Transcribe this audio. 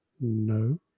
No